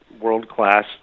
world-class